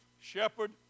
shepherd